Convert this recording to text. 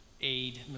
aid